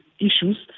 issues